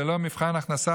ללא מבחן הכנסה,